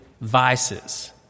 vices